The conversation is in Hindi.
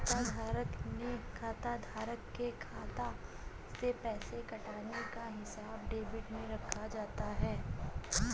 खाताधारक के खाता से पैसे कटने का हिसाब डेबिट में रखा जाता है